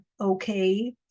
okay